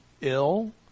ill